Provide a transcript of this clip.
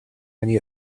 many